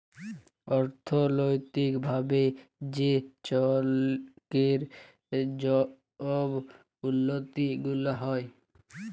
অথ্থলৈতিক ভাবে যে লকের ছব উল্লতি গুলা হ্যয়